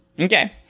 Okay